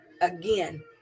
again